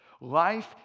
life